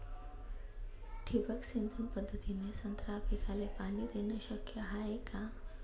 ठिबक सिंचन पद्धतीने संत्रा पिकाले पाणी देणे शक्य हाये का?